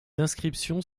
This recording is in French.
inscriptions